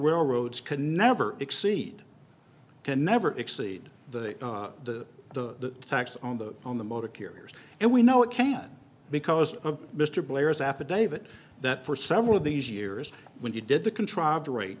railroads could never exceed can never exceed the the the tax on the on the motor carriers and we know it can't because of mr blair's affidavit that for some of these years when you did the contrived rate